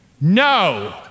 no